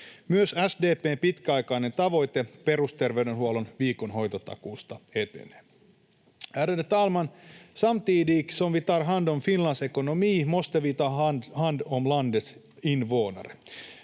Myös SDP:n pitkäaikainen tavoite perusterveydenhuollon viikon hoitotakuusta etenee. Ärade talman! Samtidigt som vi tar hand om Finlands ekonomi måste vi ta hand om landets invånare.